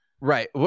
right